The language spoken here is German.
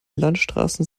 landstraßen